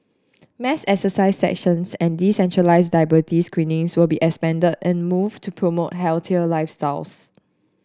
mass exercise sessions and decentralised diabetes screening will be expanded in move to promote healthier lifestyles